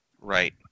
Right